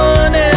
one